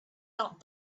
not